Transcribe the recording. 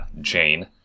Jane